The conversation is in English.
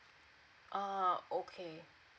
oh okay